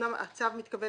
אמנם הצו מתכוון